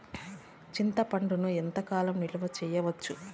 చింతపండును ఎంత కాలం నిలువ చేయవచ్చు?